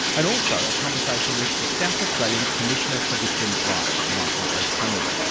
and also, a conversation with the south australian commissioner for victims' rights, michael o'connell.